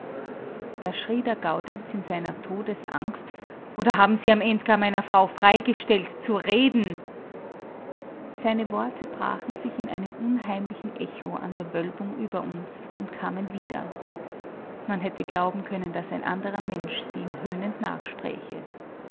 da schrie der gaudenz in seiner todesangst oder haben sie am end gar meiner frau freigestellt zu reden seine worte brachen sich in einem unheimlichen echo an der wölbung über uns und kamen wieder man hätte glauben können daß ein anderer mensch sie ihm höhnend nachspräche